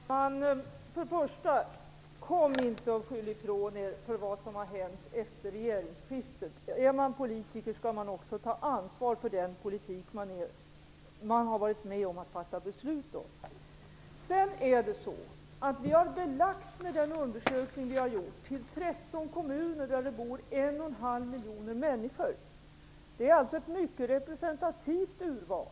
Herr talman! För det första: Skyll inte ifrån er ansvaret för vad som hänt efter regeringsskiftet! Är man politiker skall man också ta ansvar för den politik som man har varit med om att fatta beslut om. För det andra: Vi har gjort en undersökning i 13 kommuner med 1 1/2 miljon invånare. Det är alltså ett mycket representativt urval.